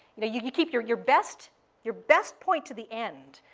yeah you you keep your your best your best point to the end.